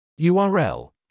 url